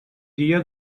dia